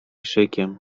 szykiem